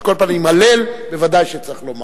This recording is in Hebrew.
על כל פנים, הלל ודאי שצריך לומר.